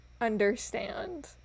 understand